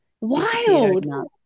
Wild